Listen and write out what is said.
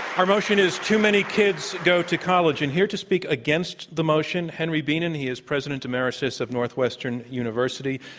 our motion is too many kids go to college. and here to speak against the motion, henry bienen. he is president emeritus of northwestern university.